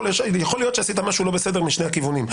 יכול להיות שעשית משהו לא בסדר משני הכיוונים.